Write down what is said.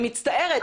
אני מצטערת.